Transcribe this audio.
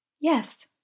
Yes